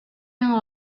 yang